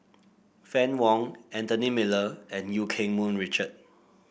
Fann Wong Anthony Miller and Eu Keng Mun Richard